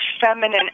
feminine